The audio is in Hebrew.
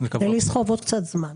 כדי לסחוב עוד קצת זמן.